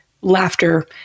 laughter